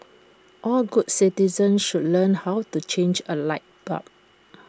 all good citizens should learn how to change A light bulb